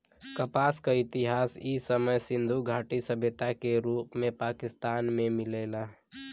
कपास क इतिहास इ समय सिंधु घाटी सभ्यता के रूप में पाकिस्तान में मिलेला